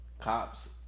cops